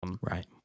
Right